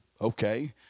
Okay